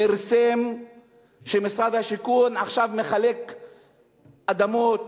פורסם שמשרד השיכון מחלק עכשיו אדמות,